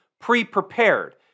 pre-prepared